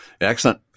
Excellent